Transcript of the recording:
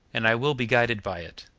and i will be guided by it,